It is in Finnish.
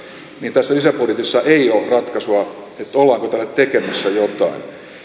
tässä lisäbudjetissa ei ole ratkaisua että ollaanko tälle tekemässä jotain en